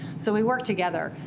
so we work together.